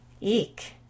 Eek